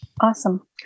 Awesome